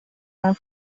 and